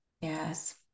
yes